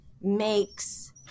makes